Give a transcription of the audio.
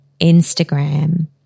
Instagram